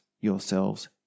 yourselves